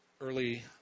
early